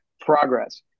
progress